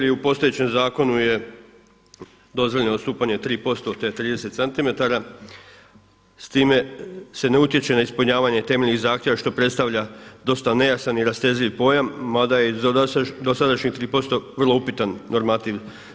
I u postojećem zakonu je dozvoljeno odstupanje 3% od te 30 cm, s time se ne utječe na ispunjavanje temeljnih zahtjeva što predstavlja dosta nejasan i rastezljiv pojam, mada je iz dosadašnjih 3% vrlo upitan normativ.